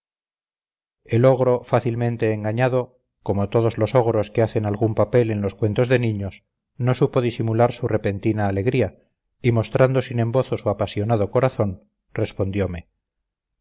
el ogro fácilmente engañado como todos los ogros que hacen algún papel en los cuentos de niños no supo disimular su repentina alegría y mostrando sin embozo su apasionado corazón respondiome